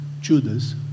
Judas